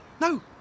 No